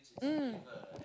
mm